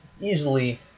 easily